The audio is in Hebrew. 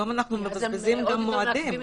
היום אנחנו מבזבזים מועדים.